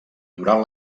durant